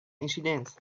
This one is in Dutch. incident